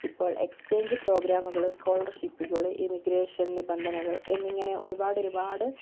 ഇപ്പോൾ എക്സ്ചേഞ്ച് പ്രോഗ്രാമുകള് സ്കോളർഷിപ്പ്കള് ഇമിഗ്രേഷൻ നിബന്ധനകള് എന്ന് ഇങ്ങനെ ഒരുപാട് ഒരുപാട്